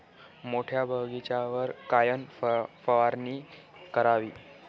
मोठ्या बगीचावर कायन फवारनी करावी?